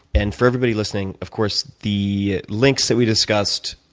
and for everybody listening, of course, the links that we discussed,